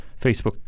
Facebook